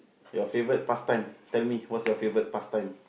your favorite past time tell me what's your favorite past time